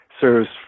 serves